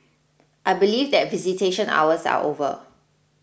I believe that visitation hours are over